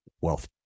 wealth